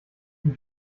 die